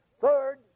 Third